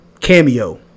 cameo